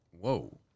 Whoa